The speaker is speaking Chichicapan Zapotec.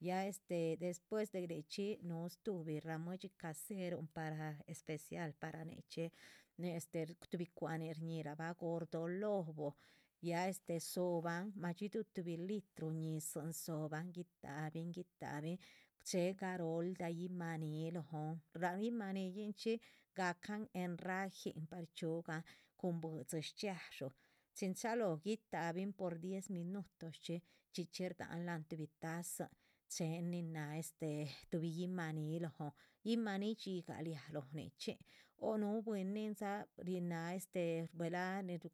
Ya después de nichi nuhu tubi ramuedxi caseron para especial para nichi neh este tuhbi cwa´hni'n sñiraba gordolobo ya esté rsoban madxhidu tubi litru ñizin soban guitabin, guitabin,. che'é garolda iman'i lo'on imanillinchi gacan en rajin par chiugan cun buidxhi xchiashu chin chalo guitabin por diez minutosxchi cxhicxhi dxda'an lan tubi tazin, chen nina. este tubi iman'i lo'on imanidxhiga ría lo nixchin o nu bwininza nin'ha este buela